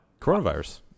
Coronavirus